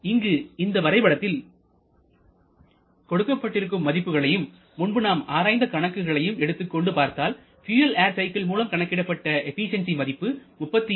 இங்கு இந்த வரைபடத்தில் கொடுக்கப்பட்டிருக்கும் மதிப்புகளையும்முன்பு நாம் ஆராய்ந்த கணக்குகளையும் எடுத்துக்கொண்டு பார்த்தால் பியூயல் ஏர் சைக்கிள் மூலம் கணக்கிடப்பட்ட எபிசியன்சி மதிப்பு 32